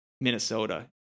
Minnesota